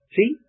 See